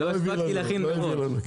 לא הספקתי להכין מראש.